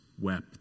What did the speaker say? wept